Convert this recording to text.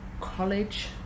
college